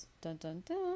Dun-dun-dun